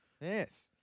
Yes